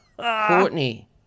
Courtney